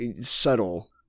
subtle